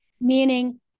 meaning